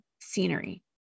scenery